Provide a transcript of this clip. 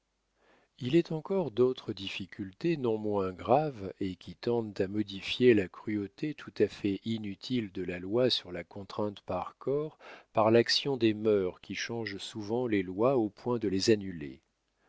il est encore d'autres difficultés non moins graves et qui tendent à modifier la cruauté tout à fait inutile de la loi sur la contrainte par corps par l'action des mœurs qui change souvent les lois au point de les annuler